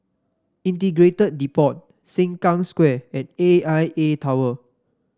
Integrated Depot Sengkang Square and A I A Tower